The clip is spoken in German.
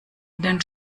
den